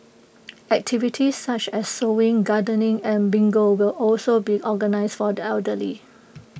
activities such as sewing gardening and bingo will also be organised for the elderly